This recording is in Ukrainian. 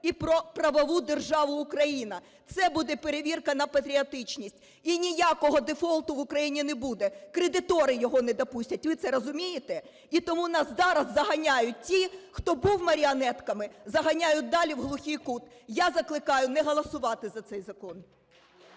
і про правову державу Україна. Це буде перевірка на патріотичність. І ніякого дефолту в Україні не буде, кредитори його не допустять. Ви це розумієте? І тому нас зараз заганяють ті, хто був маріонетками, заганяють далі в глухий кут. Я закликаю не голосувати за цей закон.